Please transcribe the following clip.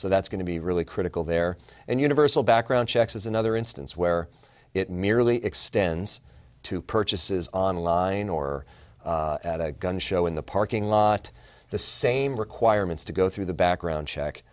so that's going to be really critical there and universal background checks is another instance where it merely extends to purchases online or at a gun show in the parking lot the same requirements to go through the background check